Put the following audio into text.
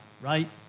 right